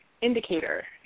indicator